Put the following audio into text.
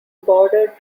bordered